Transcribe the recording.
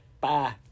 Bye